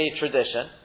tradition